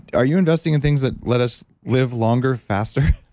are you investing in things that let us live longer, faster?